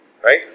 right